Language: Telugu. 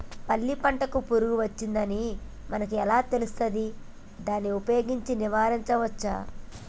పల్లి పంటకు పురుగు వచ్చిందని మనకు ఎలా తెలుస్తది దాన్ని ఉపయోగించి నివారించవచ్చా?